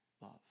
love